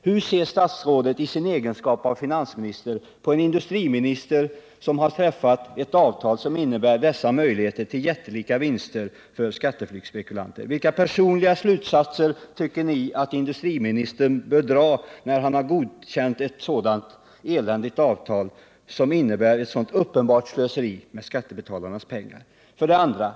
Hur ser statsrådet i sin egenskap av finansminister på en industriminister som träffat ett avtal som ger dessa möjligheter till jättelika vinster för skatteflyktsspekulanter? Vilka personliga slutsatser tycker ni att industriministern bör dra av att han godkänt detta eländiga avtal, som innebär ett så uppenbart slöseri med skattebetalarnas pengar? 2.